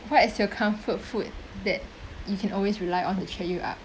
what is your comfort food that you can always rely on to cheer you up